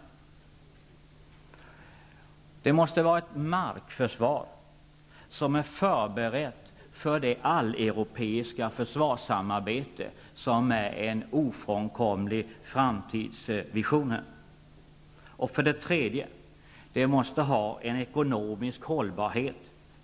För det andra måste det vara ett markförsvar, som är förberett för det alleuropeiska försvarssamarbete som är en ofrånkomlig framtidsvision, och för det tredje måste beslutet ha en ekonomisk hållbarhet